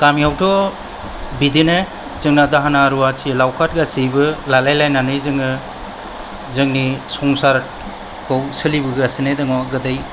गामियावथ' बिदिनो जोंना दाहोना रुवाथि लावखार गासैबो लालाय लायनानै जोङो जोंनि संसारखौ सोलिबोगासिनो दङ गोदै